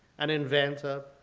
an inventor,